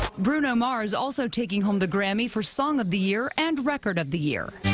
bruno mars also taking home the grammy for song of the year and record of the year.